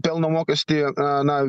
pelno mokestį na